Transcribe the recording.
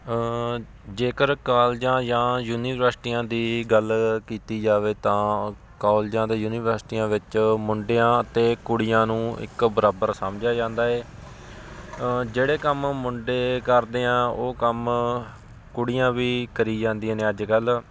ਜੇਕਰ ਕਾਲਜਾਂ ਜਾਂ ਯੂਨੀਵਰਸਿਟੀਆਂ ਦੀ ਗੱਲ ਕੀਤੀ ਜਾਵੇ ਤਾਂ ਕੋਲਜਾਂ ਦਾ ਯੂਨੀਵਰਸਿਟੀਆਂ ਵਿੱਚ ਮੁੰਡਿਆਂ ਅਤੇ ਕੁੜੀਆਂ ਨੂੰ ਇੱਕ ਬਰਾਬਰ ਸਮਝਿਆ ਜਾਂਦਾ ਏ ਜਿਹੜੇ ਕੰਮ ਮੁੰਡੇ ਕਰਦੇ ਹਾਂ ਉਹ ਕੰਮ ਕੁੜੀਆਂ ਵੀ ਕਰੀ ਜਾਂਦੀਆਂ ਨੇ ਅੱਜ ਕੱਲ੍ਹ